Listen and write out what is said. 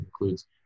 includes